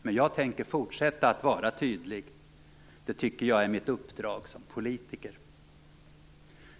Men jag tänker fortsätta att vara tydlig. Det tycker jag är mitt uppdrag som politiker."